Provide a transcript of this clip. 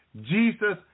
Jesus